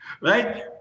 Right